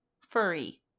furry